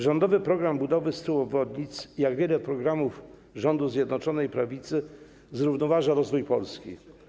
Rządowy program budowy 100 obwodnic, jak wiele programów rządu Zjednoczonej Prawicy, zrównoważa rozwój Polski.